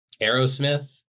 Aerosmith